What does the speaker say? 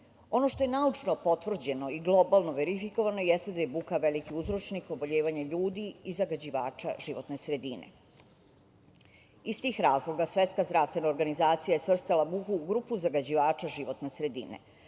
što je naučno potvrđeno i globalno verifikovano jeste da je buka veliki uzročnih oboljevanja ljudi i zagađivača životne sredine. Iz tih razloga Svetska zdravstvena organizacija je svrstala buku u grupu zagađivača životne sredine.